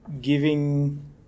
giving